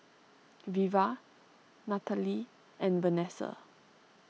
Veva Natalee and Vanessa